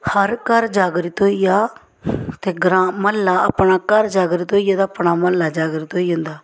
हर घर जागरत होई जा ते ग्रांऽ म्हल्ला अपना घर जागरत होइयै ते अपना म्हल्ला जागरत होई जंदा